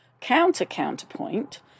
Counter-counterpoint